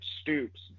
Stoops